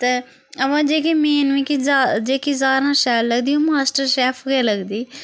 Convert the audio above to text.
ते अवा जेह्की मेन मिकी जेह्की सारा हां शैल लगदी ओह् मास्टर शैफ गै लगदी